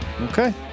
Okay